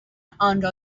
آنرا